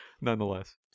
nonetheless